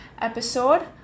episode